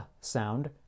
sound